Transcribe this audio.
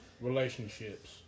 relationships